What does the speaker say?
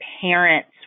parents